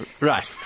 Right